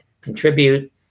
contribute